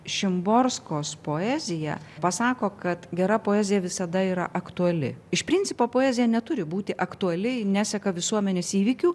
šimborskos poezija pasako kad gera poezija visada yra aktuali iš principo poezija neturi būti aktuali neseka visuomenės įvykių